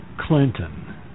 Clinton